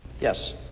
Yes